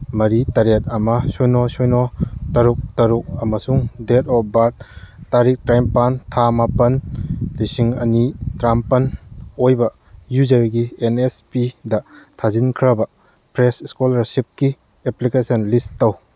ꯃꯔꯤ ꯇꯔꯦꯠ ꯑꯃ ꯁꯤꯅꯣ ꯁꯤꯅꯣ ꯇꯔꯨꯛ ꯇꯔꯨꯛ ꯑꯃꯁꯨꯡ ꯗꯦꯠ ꯑꯣꯐ ꯕꯥꯔꯠ ꯇꯥꯔꯤꯛ ꯇꯔꯥꯅꯤꯄꯥꯜ ꯊꯥ ꯃꯥꯄꯜ ꯂꯤꯁꯤꯡ ꯑꯅꯤ ꯇꯔꯥꯃꯥꯄꯜ ꯑꯣꯏꯕ ꯌꯨꯖꯔꯒꯤ ꯑꯦꯟ ꯑꯦꯁ ꯄꯤꯗ ꯊꯥꯖꯟꯈ꯭ꯔꯕ ꯐ꯭ꯔꯦꯁ ꯏꯁꯀꯣꯂꯥꯔꯁꯤꯞꯀꯤ ꯑꯦꯄ꯭ꯂꯤꯀꯦꯁꯟ ꯂꯤꯁ ꯇꯧ